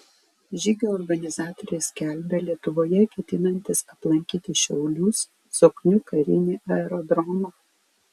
žygio organizatoriai skelbia lietuvoje ketinantys aplankyti šiaulius zoknių karinį aerodromą